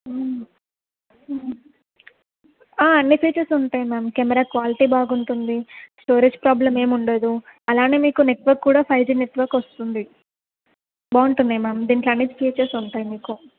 అన్ని ఫీచర్స్ ఉంటాయి ma'am camera quality బాగుంటుంది స్టోరేజ్ ప్రాబ్లం ఏం ఉండదు అలానే మీకు నెట్వర్క్ కూడా ఫైవ్ జి నెట్వర్క్ వస్తుంది బాగుంటుంది మ్యామ్ దీంట్లో అన్నీ ఫీచర్స్ ఉంటాయి మీకు